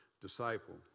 disciple